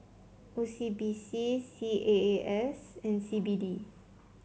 O CB C C A A S and C B D